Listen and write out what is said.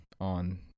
on